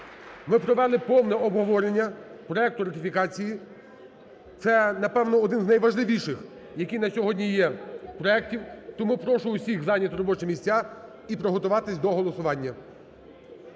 Ми провели повне обговорення проекту ратифікації. Це, напевно, один з найважливіших, які на сьогодні є, проектів, тому прошу всіх зайняти робочі місця і приготуватись до голосування.